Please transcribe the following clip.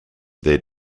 their